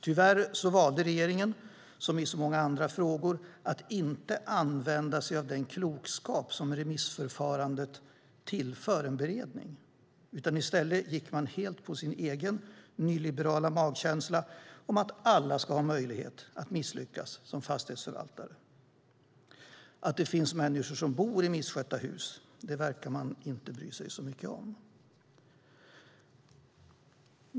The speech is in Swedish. Tyvärr valde regeringen, som i så många andra frågor, att inte använda sig av den klokskap som remissförfarandet tillför en beredning, utan i stället gick man helt på sin egen nyliberala magkänsla om att alla ska få möjlighet att misslyckas som fastighetsförvaltare. Att det finns människor som bor i misskötta hus verkar man inte bry sig så mycket om.